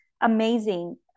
amazing